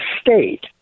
state